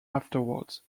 afterwards